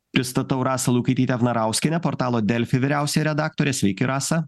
pristatau rasą lukaitytę vnarauskienę portalo delfi vyriausiąją redaktorę sveiki rasa